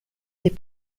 des